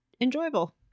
enjoyable